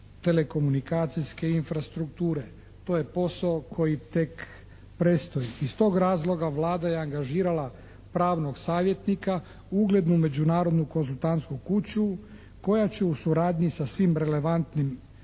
distribucijsko-telekomunikacijske infrastrukture. To je posao koji tek predstoji. Iz tog razloga Vlada je angažirala pravnog savjetnika, uglednu međunarodnu konzultantsku kuću koja će u suradnji sa svim relevantnim